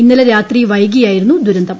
ഇന്നലെ രാത്രി വൈകിയായിരുന്നു ദുരന്തം